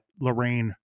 Lorraine